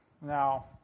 Now